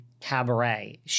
cabaret